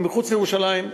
מחוץ לירושלים,